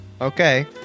okay